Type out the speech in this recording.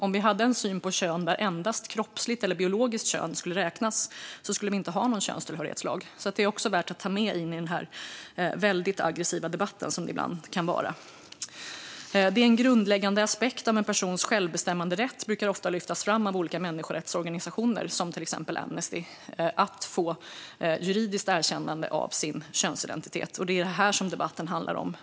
Om vi hade en syn på kön där endast kroppsligt eller biologiskt kön skulle räknas skulle vi inte ha någon könstillhörighetslag. Det är också värt att ta med sig i den ibland väldigt aggressiva debatten. Att det är en grundläggande aspekt av en persons självbestämmanderätt att få juridiskt erkännande av sin könsidentitet brukar ofta lyftas fram av olika människorättsorganisationer, till exempel Amnesty. Det är detta debatten handlar om.